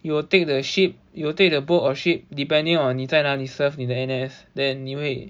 you will take the ship you will take the boat or ship depending on 你在哪里 serve in the N_S then 你会